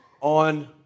on